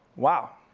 wow.